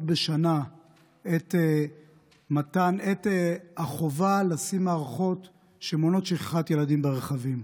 בשנה את החובה לשים מערכות שמונעות שכחת ילדים ברכבים.